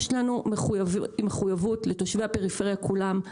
יש לנו מחויבות לתושבי הפריפריה כולם.